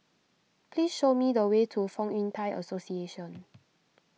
please show me the way to Fong Yun Thai Association